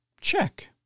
Check